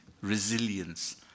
resilience